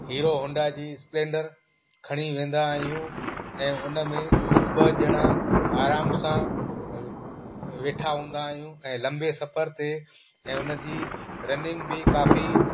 hero Honda जी Splendor खणी वेंदा आहियूं ऐं उन में ॿ ॼणा आराम सां व वेठा हूंदा आहियूं ऐं लंबे सफ़र ते ऐं उन जी रनिंग बि काफ़ी